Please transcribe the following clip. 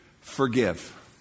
forgive